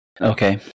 okay